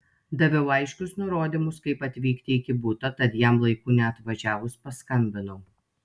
daviau aiškius nurodymus kaip atvykti iki buto tad jam laiku neatvažiavus paskambinau